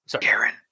Karen